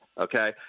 Okay